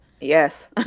Yes